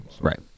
right